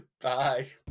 Bye